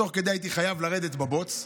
תוך כדי הייתי חייב לרדת לבוץ.